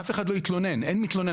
אף אחד לא יתלונן, אין מתלונן.